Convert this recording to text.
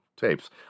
tapes